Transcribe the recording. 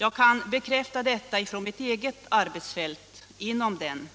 Jag kan bekräfta detta från mitt eget arbetsfält inom den